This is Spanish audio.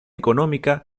económica